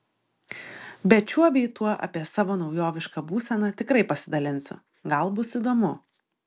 bet šiuo bei tuo apie savo naujovišką būseną tikrai pasidalinsiu gal bus įdomu